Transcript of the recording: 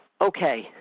Okay